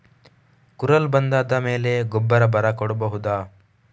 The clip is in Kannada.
ಕುರಲ್ ಬಂದಾದ ಮೇಲೆ ಗೊಬ್ಬರ ಬರ ಕೊಡಬಹುದ?